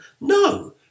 No